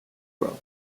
growth